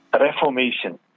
reformation